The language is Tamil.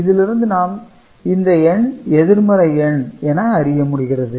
இதிலிருந்து நாம் இந்த எண் எதிர்மறை எண் என அறிய முடிகிறது